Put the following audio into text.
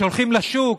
שהולכים לשוק,